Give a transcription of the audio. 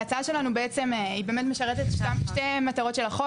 ההצעה שלנו משרתת שתי מטרות של החוק